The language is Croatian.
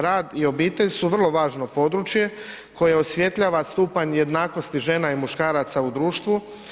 Rad i obitelj su vrlo važno područje koje osvjetljava stupanj jednakosti žena i muškaraca u društvu.